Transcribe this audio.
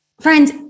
friends